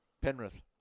Penrith